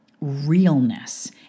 realness